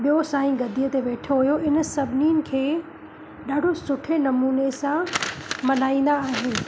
ॿियों साई गदीअ ते वेठो हुयो इन सभिनीनि खे ॾाढो सुठे नमूने सां मनाईंदा आहिनि